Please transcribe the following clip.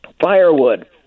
Firewood